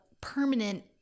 permanent